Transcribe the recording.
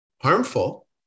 harmful